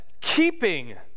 keeping